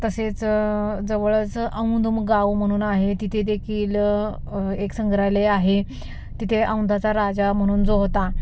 तसेच जवळच गाव म्हणून आहे तिथे देखील एक संग्रहालय आहे तिथे औंदाचा राजा म्हणून जो होता